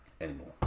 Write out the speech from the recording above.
anymore